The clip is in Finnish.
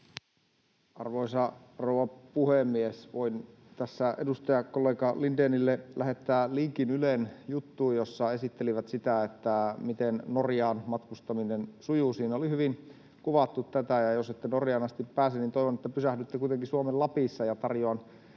Arvoisa rouva puhemies! Voin tässä edustajakollega Lindénille lähettää linkin Ylen juttuun, jossa he esittelivät sitä, miten Norjaan matkustaminen sujuu. Siinä oli hyvin kuvattu tätä. Ja jos ette Norjaan asti pääse, niin toivon, että pysähdytte kuitenkin Suomen Lapissa.